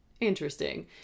Interesting